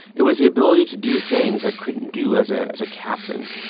it was the ability to do things i couldn't do as ah as a captain.